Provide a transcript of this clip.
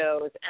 shows